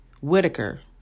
Whitaker